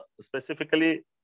specifically